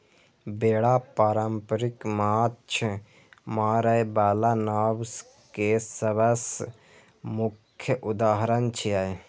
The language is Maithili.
बेड़ा पारंपरिक माछ मारै बला नाव के सबसं मुख्य उदाहरण छियै